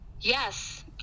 Yes